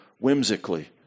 whimsically